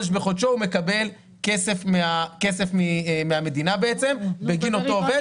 בחודשו הוא מקבל כסף מהמדינה בגין אותו עובד.